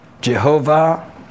Jehovah